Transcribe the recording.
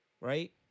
right